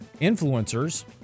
influencers